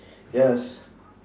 yes